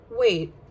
Wait